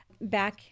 back